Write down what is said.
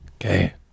Okay